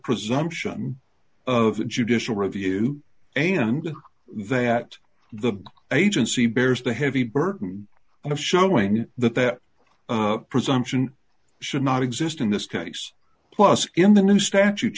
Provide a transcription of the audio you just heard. presumption of judicial review and that the agency bears the heavy burden and of showing that that presumption should not exist in this case plus in the new statute